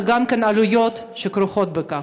וגם את העלויות שכרוכות בכך?